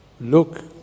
look